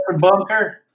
Bunker